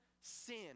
sin